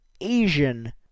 Asian